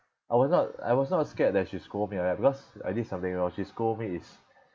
I was not I was not scared that she scold me like that because I did something wrong she scold me is